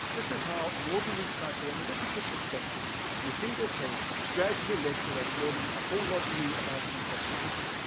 this is how an ordinary psychoanalytical perspective in a single case gradually led to us learning a whole lot knew about confabulation.